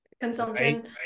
consumption